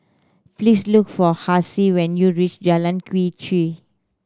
please look for Hassie when you reach Jalan Quee Chew